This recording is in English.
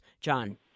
John